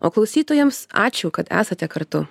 o klausytojams ačiū kad esate kartu